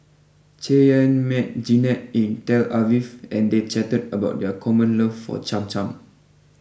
Cheyanne met Jeannette in Tel Aviv and they chatted about their common love for Cham Cham